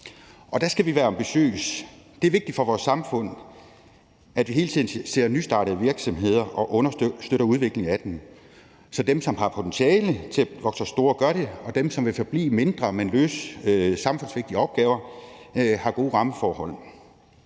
og der skal vi være ambitiøse. Det er vigtigt for vores samfund, at vi hele tiden ser nystartede virksomheder og understøtter udviklingen af dem, så dem, som har potentiale til at vokse sig store, gør det, og dem, som vil forblive mindre, men løser samfundsvigtige opgaver, har gode rammeforhold.